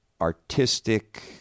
artistic